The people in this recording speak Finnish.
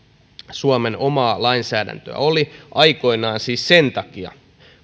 suomen omaa lainsäädäntöä aikoinaan siis sen takia